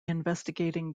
investigating